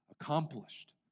accomplished